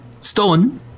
stone